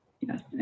Yes